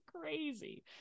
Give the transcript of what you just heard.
crazy